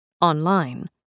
online